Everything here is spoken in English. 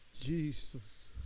Jesus